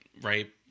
Right